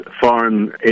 foreign